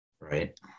Right